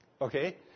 okay